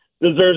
deserves